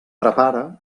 prepara